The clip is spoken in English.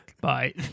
Bye